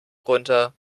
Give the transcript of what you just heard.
runter